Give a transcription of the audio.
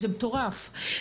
זה מטורף,